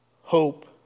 hope